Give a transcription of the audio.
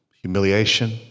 humiliation